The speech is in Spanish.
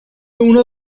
uno